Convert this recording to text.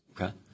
Okay